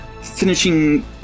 finishing